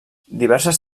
diverses